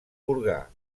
burgar